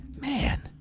Man